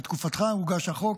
בתקופתך הוגש החוק,